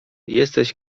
jesteś